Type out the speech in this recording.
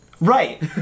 right